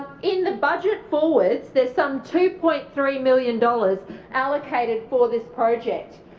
in the budget forwards, there's some two point three million dollars allocated for this project.